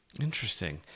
Interesting